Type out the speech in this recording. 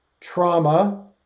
trauma